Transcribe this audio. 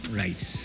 rights